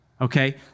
Okay